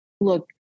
look